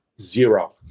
Zero